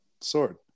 sword